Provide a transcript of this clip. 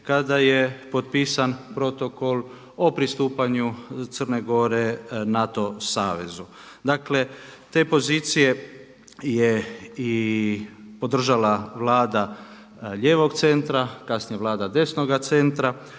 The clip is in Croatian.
kada je potpisan Protokol o pristupanju Crne Gore NATO Savezu. Dakle, te pozicije je i podržala Vlada lijevog centra, kasnije Vlada desnoga centra